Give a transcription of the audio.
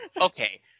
Okay